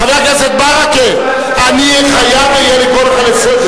יש מסמכים שאומרים, שיגיד את האמת.